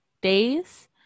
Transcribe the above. days